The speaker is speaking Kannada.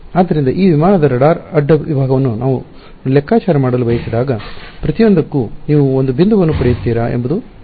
ಆದ್ದರಿಂದ ಈ ವಿಮಾನದ ರಾಡಾರ್ ಅಡ್ಡ ವಿಭಾಗವನ್ನು ನಾನು ಲೆಕ್ಕಾಚಾರ ಮಾಡಲು ಬಯಸಿದಾಗ ಪ್ರತಿಯೊಂದಕ್ಕೂ ನೀವು ಒಂದು ಬಿಂದುವನ್ನು ಪಡೆಯುತ್ತೀರಾ ಎಂಬುದು ಪ್ರಶ್ನೆ